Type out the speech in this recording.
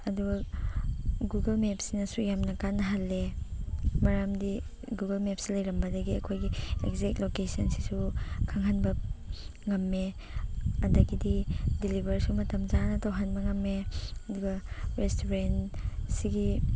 ꯑꯗꯨꯒ ꯒꯨꯒꯜ ꯃꯦꯞꯁꯤꯅꯁꯨ ꯌꯥꯝꯅ ꯀꯥꯟꯅꯍꯜꯂꯦ ꯃꯔꯝꯗꯤ ꯒꯨꯒꯜ ꯃꯦꯞꯁꯦ ꯂꯩꯔꯝꯕꯗꯒꯤ ꯑꯩꯈꯣꯏꯒꯤ ꯑꯦꯛꯖꯦꯛ ꯂꯣꯀꯦꯁꯟꯁꯤꯁꯨ ꯈꯪꯍꯟꯕ ꯉꯝꯃꯦ ꯑꯗꯒꯤꯗꯤ ꯗꯤꯂꯤꯕꯔꯁꯨ ꯃꯇꯝ ꯆꯥꯅ ꯇꯧꯍꯟꯕ ꯉꯝꯃꯦ ꯑꯗꯨꯒ ꯔꯦꯁꯇꯨꯔꯦꯟ ꯁꯤꯒꯤ